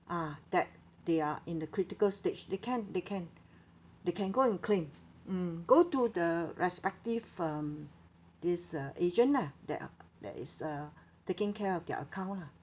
ah that they are in the critical stage they can they can they can go and claim mm go to the respective um this uh agent ah that are that is uh taking care of their account lah